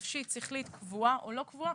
נפשית, שכלית קבועה או לא קבוע.